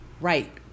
Right